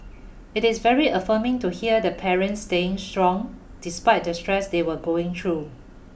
it is very affirming to hear the parents staying strong despite the stress they were going through